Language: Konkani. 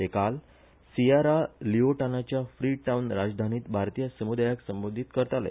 ते काल सियेरा लिओटानाच्या फ्रि टावन राजधानींत भारतीय सम्दायाक संबोधीत करताले